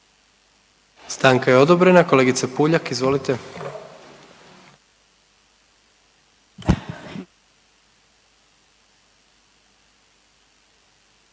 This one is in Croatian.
Stanka je odobrena. Kolegice Puljak, izvolite.